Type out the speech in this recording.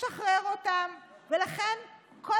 אלון